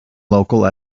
local